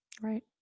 Right